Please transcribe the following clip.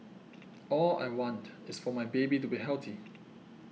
all I want is for my baby to be healthy